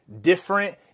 different